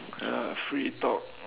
uh free talk